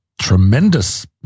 tremendous